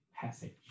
passage